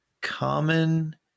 common